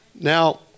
Now